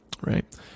right